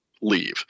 leave